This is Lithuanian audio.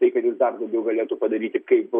tai kad jis dar daugiau galėtų padaryti kaip